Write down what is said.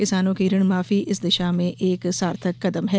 किसानों की ऋण माफी इस दिशा में एक सार्थक कदम है